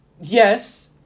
yes